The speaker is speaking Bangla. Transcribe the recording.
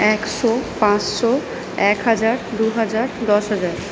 একশো পাঁশশো এক হাজার দুহাজার দশ হাজার